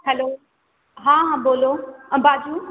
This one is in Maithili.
हेलो हँ हँ बोलो आ बाजू